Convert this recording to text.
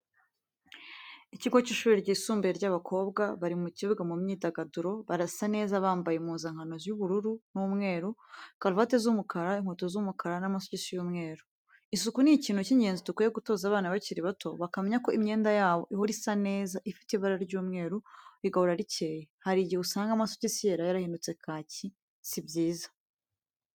Ikigo cy'ishuri ryisumbuye ry'abakobwa, bari mu kibuga mu myidagaduro, barasa neza bambaye impuzankano y'ubururu n'umweru, karavate z'umukara, inkweto z'umukara n'amasogisi y'umweru. Isuku ni ikintu cy'ingenzi dukwiye gutoza abana bakiri bato bakamenya ko imyenda yabo ihora isa neza ifite ibara ry'umweru rigahora rikeye, hari igihe usanga amasogisi yera yarahindutse kaki si byiza.